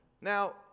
Now